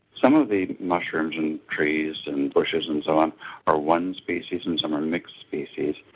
some of the mushrooms and trees and bushes and so on are one species and some are mixed species,